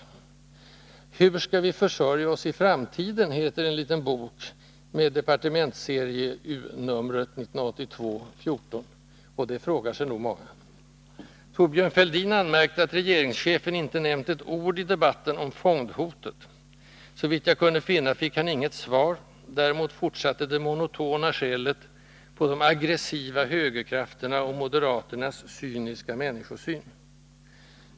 Hur skall vi försörja oss i framtiden? heter en liten bok med DsU-numret 1982:14, och det frågar sig nog många. Thorbjörn Fälldin anmärkte att regeringschefen inte nämnt ett ord i debatten om ”fondhotet”. Såvitt jag kunde finna fick han inget svar — däremot fortsatte det monotona skället på ”de aggressiva högerkrafterna” och ”moderaternas cyniska människosyn”.